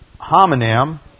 homonym